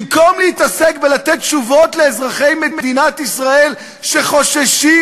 במקום להתעסק בתשובות לאזרחי מדינת ישראל שחוששים